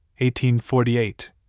1848